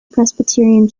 presbyterian